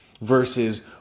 versus